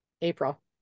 april